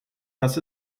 dass